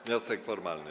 Wniosek formalny.